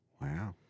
Wow